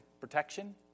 protection